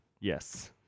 Yes